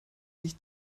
sich